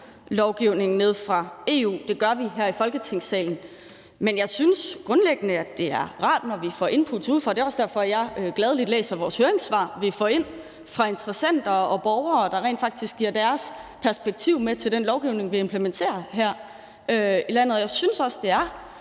lovgivningen nede fra EU. Det gør vi her i Folketingssalen. Men jeg synes grundlæggende, at det er rart, når vi får input udefra. Det er også derfor, jeg gladelig læser de høringssvar, vi får ind fra interessenter og borgere, der rent faktisk giver deres perspektiv med til den lovgivning, vi implementerer her i landet. Jeg synes også, det er